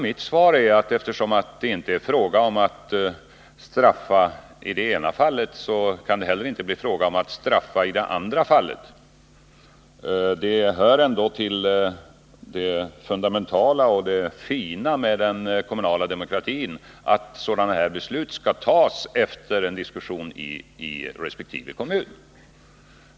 Mitt svar är, att eftersom det inte är fråga om att straffa i det ena fallet, så kan det inte heller bli fråga om att straffa i det andra. Till det fundamentala och fina i den kommunala demokratin hör ändå att sådana här beslut fattas efter diskussioner i resp. kommun.